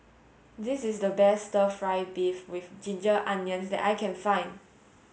this is the best stir fry beef with ginger onion that I can find